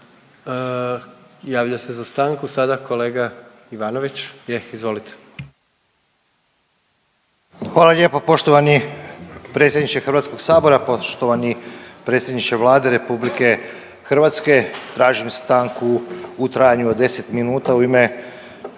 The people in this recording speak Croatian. Hvala lijepa. Poštovani predsjedniče HS-a, poštovani predsjedniče Vlade RH. Tražim stanku u trajanju od 10 minuta u ime